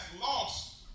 lost